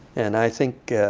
and i think